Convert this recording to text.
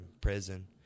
prison